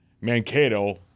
Mankato